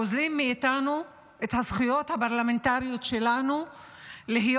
גוזלים מאיתנו את הזכויות הפרלמנטריות שלנו להיות